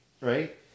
right